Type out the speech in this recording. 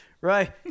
right